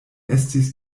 estis